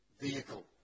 vehicle